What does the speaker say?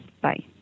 Bye